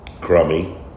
crummy